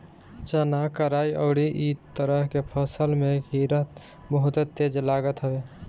चना, कराई अउरी इ तरह के फसल में कीड़ा बहुते तेज लागत हवे